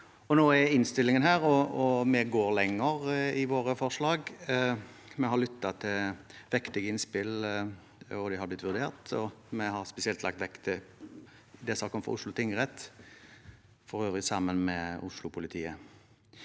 Nå er innstillingen her, og vi går lenger i våre forslag. Vi har lyttet til viktige innspill, de har blitt vurdert, og vi har spesielt lagt vekt på det som har kommet fra Oslo tingrett – for øvrig sammen med Oslo-politiet.